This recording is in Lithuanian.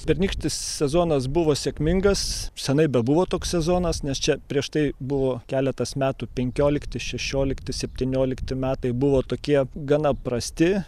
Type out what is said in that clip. pernykštis sezonas buvo sėkmingas senai bebuvo toks sezonas nes čia prieš tai buvo keletas metų penkiolikti šešiolikti septyniolikti metai buvo tokie gana prasti